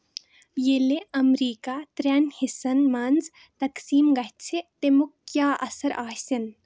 ییلِہ امریکہ ترٛیٚن حصن منٛز تقسیم گژِھہ تَمیُک کیاہ اثر آسِین